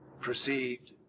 proceed